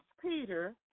Peter